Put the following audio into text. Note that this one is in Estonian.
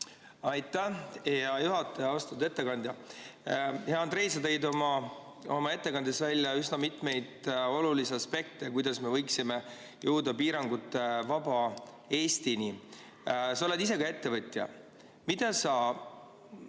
Aitäh, hea juhataja! Austatud ettekandja! Hea Andrei, sa tõid oma ettekandes välja üsna mitmeid olulisi aspekte, kuidas me võiksime jõuda piirangutevaba Eestini. Sa oled ise ka ettevõtja. Kuidas sa